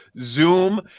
Zoom